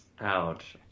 Ouch